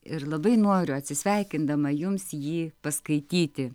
ir labai noriu atsisveikindama jums jį paskaityti